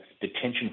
detention